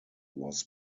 was